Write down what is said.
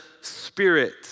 Spirit